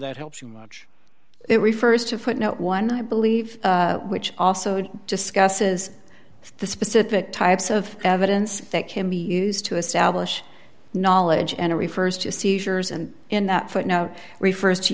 that helps you much it refers to footnote one i believe which also discusses the specific types of evidence that can be used to establish knowledge and it refers to seizures and in that footnote refers to